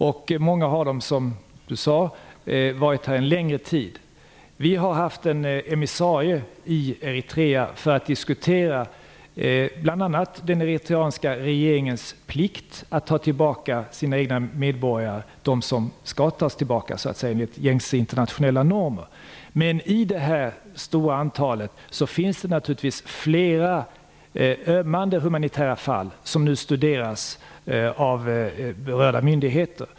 Många har, som Ingrid Näslund sade, vistats i Sverige en längre tid. Vi har haft en emissarie i Eritrea för att diskutera bl.a. den eritreanska regeringens plikt att ta tillbaka sina egna medborgare - de som skall tas tillbaka, så att säga, enligt gängse internationella normer. I den stora gruppen finns naturligtvis flera ömmande humanitära fall som nu studeras av berörda myndigheter.